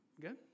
Good